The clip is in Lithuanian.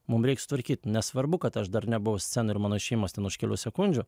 mum reik sutvarkyt nesvarbu kad aš dar nebuvau scenoj ir mano išėjimas ten už kelių sekundžių